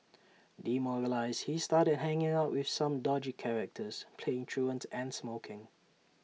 demoralised he started hanging out with some dodgy characters playing truant and smoking